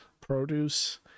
produce